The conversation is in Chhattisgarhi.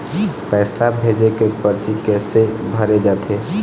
पैसा भेजे के परची कैसे भरे जाथे?